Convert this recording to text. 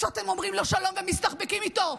שאתם אומרים לו שלום ומסתחבקים איתו,